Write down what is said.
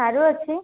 ସାରୁ ଅଛି